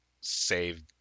save